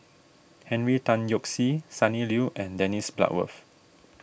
Henry Tan Yoke See Sonny Liew and Dennis Bloodworth